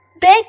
Big